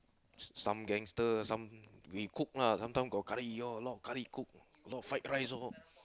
some gangster some we cook lah sometime got curry all a lot of curry cook a lot of fried rice also